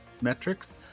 Metrics